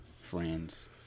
friends